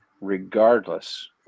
regardless